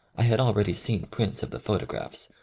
i had already seen prints of the photographs,